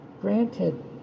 Granted